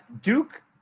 duke